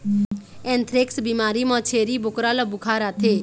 anthrax बिमारी म छेरी बोकरा ल बुखार आथे